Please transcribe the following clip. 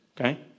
Okay